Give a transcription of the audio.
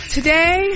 Today